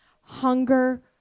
Hunger